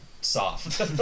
soft